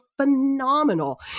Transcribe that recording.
phenomenal